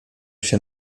się